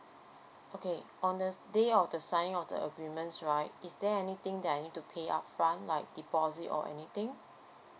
okay on the day of the sign of the agreements right is there anything that I need to pay upfront like deposit or anything